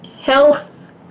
Health